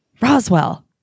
roswell